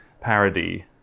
parody